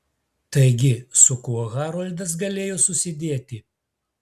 taigi su kuo haroldas galėjo susidėti